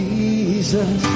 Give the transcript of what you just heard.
Jesus